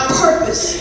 purpose